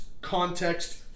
context